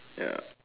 ya